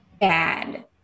bad